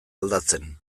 aldatzen